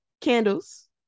Candles